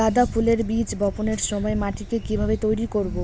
গাদা ফুলের বীজ বপনের সময় মাটিকে কিভাবে তৈরি করব?